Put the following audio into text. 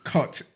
Cut